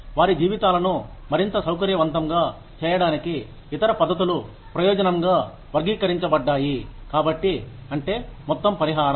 వారి జీవితాలను మరింత సౌకర్యవంతంగా చేయడానికి ఇతర పద్ధతులు ప్రయోజనంగా వర్గీకరించబడ్డాయి కాబట్టి అంటే మొత్తం పరిహారం